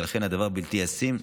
ולכן הדבר בלתי ישים.